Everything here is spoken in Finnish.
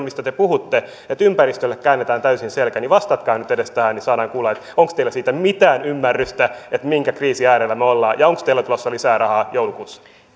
mistä te puhutte ja että ympäristölle käännetään täysin selkä vastatkaa nyt edes tähän niin saadaan kuulla onko teillä siitä mitään ymmärrystä minkä kriisin äärellä me olemme ja onko teillä tulossa lisää rahaa joulukuussa